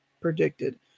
predicted